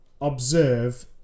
observe